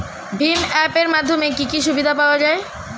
ভিম app এর মাধ্যমে কি কি সুবিধা পাওয়া যায়?